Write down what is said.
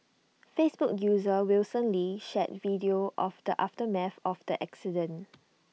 Facebook user Wilson lee shared video of the aftermath of the accident